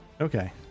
Okay